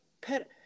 pet